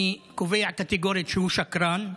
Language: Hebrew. אני קובע קטגורית שהוא שקרן,